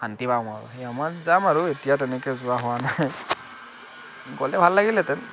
শান্তি পাম আৰু সেইসময়ত যাম আৰু এতিয়া তেনেকে যোৱা হোৱা নাই গ'লে ভাল লাগিলহেঁতেন